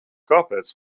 kāpēc